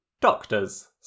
Doctors